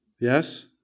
Yes